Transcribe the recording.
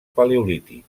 paleolític